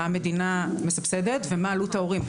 מה המדינה מסבסדת ומה עלות ההורים.